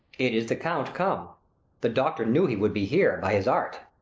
it is the count come the doctor knew he would be here, by his art.